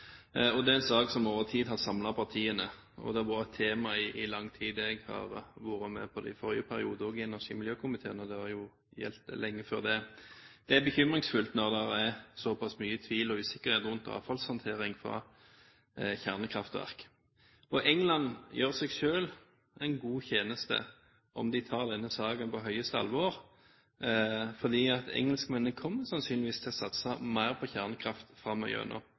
og det har vært et tema i lang tid. Jeg var med på det også i forrige periode, i energi- og miljøkomiteen, og det var et tema lenge før det. Det er bekymringsfullt når det er så pass mye tvil og usikkerhet rundt avfallshåndtering fra kjernekraftverk. England gjør seg selv en god tjeneste om de tar denne saken på høyeste alvor, for engelskmennene kommer sannsynligvis til å satse mer på kjernekraft